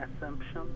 assumption